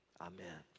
amen